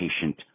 patient